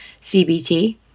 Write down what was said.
CBT